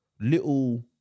little